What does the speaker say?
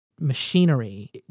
machinery